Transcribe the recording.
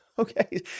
Okay